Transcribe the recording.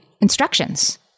instructions